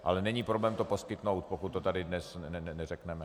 Ale není problém to poskytnout, pokud to tady dnes neřekneme.